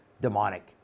demonic